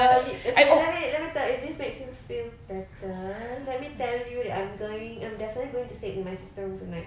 ah it okay let me let me tell if this makes you feel better let me tell you that I'm going I'm definitely going to sleep in my sister's room tonight